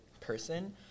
person